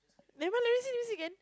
never let me see let see again